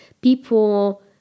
people